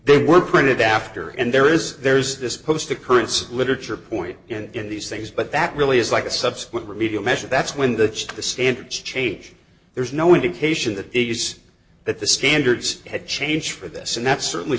they were printed after and there is there's this post occurrence literature point in these things but that really is like a subsequent remedial measure that's when the the standards change there's no indication that they use that the standards have changed for this and that's certainly